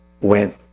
went